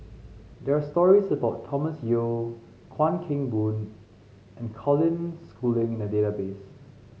there are stories about Thomas Yeo Chuan Keng Boon and Colin Schooling in the database